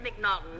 McNaughton